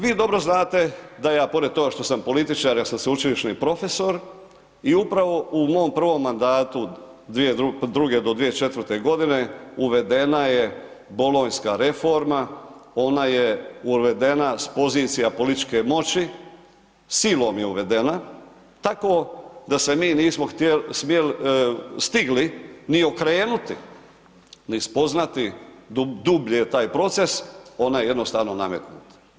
Vi dobro znate, da ja pored toga što sam političar, ja sam sveučilišni profesor i upravo u mom prvom mandatu 2002.-2004. uvedena je bolonjska reforma, ona je uvedena s pozicija političke moći, silom je uvedena tako da se mi nismo stigli ni okrenuti ni spoznati dublje taj proces, ona je jednostavno nametnuta.